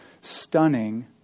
stunning